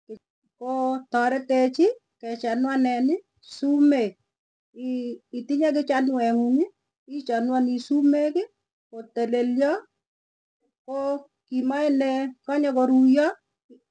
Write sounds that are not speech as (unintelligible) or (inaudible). (unintelligible) ko ta reteech ke chanuanen sumeek, ii- itinye ki chanue ng'ung ii cha nuanii sumeek, ko telelyo, ko ki maee nee kanye koruyo,